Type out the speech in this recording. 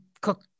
cook